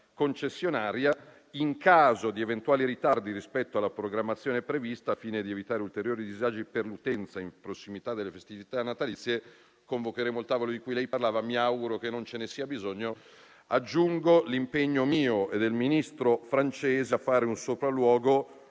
concessionaria. In caso di eventuali ritardi rispetto alla programmazione prevista, al fine di evitare ulteriori disagi per l'utenza in prossimità delle festività natalizie, convocheremo il tavolo di cui lei parlava (mi auguro che non ce ne sia bisogno). Aggiungo l'impegno mio e del Ministro francese a fare un sopralluogo